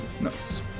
Nice